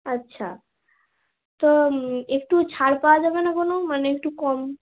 আচ্ছা তো একটু ছাড় পাওয়া যাবে না কোনো মানে একটু কম